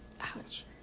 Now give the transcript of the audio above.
Ouch